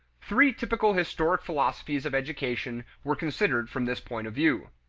three typical historic philosophies of education were considered from this point of view.